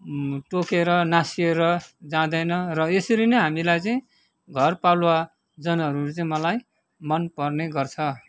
टोकेर नास्सिएर जाँदैन र यसरी नै हामीलाई चाहिँ घरपालुवा जनावरहरू चाहिँ मलाई मन पर्ने गर्छ